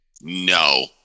No